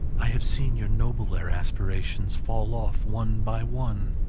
i have seen your nobler aspirations fall off one by one,